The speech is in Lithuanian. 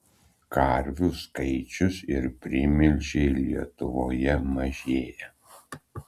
karvių skaičius ir primilžiai lietuvoje mažėja